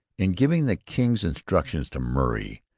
in giving the king's instructions to murray,